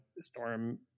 Storm